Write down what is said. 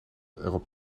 erop